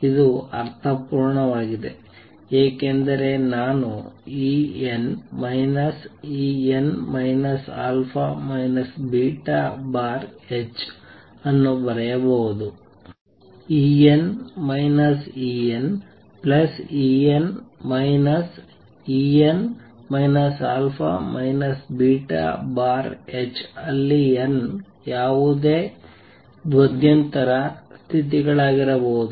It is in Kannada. ಇದು ಅರ್ಥಪೂರ್ಣವಾಗಿದೆ ಏಕೆಂದರೆ ನಾನು En En α βℏ ಅನ್ನು ಬರೆಯಬಹುದು En EnEn En α βℏ ಅಲ್ಲಿ n ಈಗ ಯಾವುದೇ ಮಧ್ಯಂತರ ಸ್ಥಿತಿಗಳಾಗಿರಬಹುದು